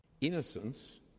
Innocence